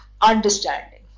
understanding